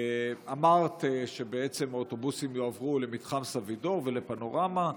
אמרת שבעצם האוטובוסים יועברו למתחם סבידור ולפנורמה.